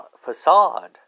Facade